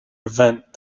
event